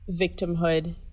victimhood